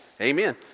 amen